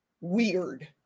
weird